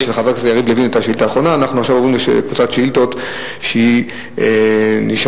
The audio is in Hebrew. סח'נין, הועלו המלצות הוועדה פעם נוספת בפני